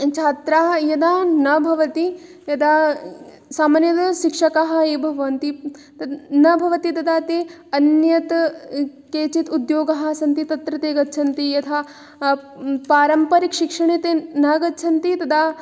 छात्राः यदा न भवति यदा सामान्यतया शिक्षकाः एव भवन्ति तद् न भवति तदा ते अन्यत् केचित् उद्योगाः सन्ति तत्र ते गच्छन्ति यथा पारम्परिकशिक्षणे ते न गच्छन्ति तदा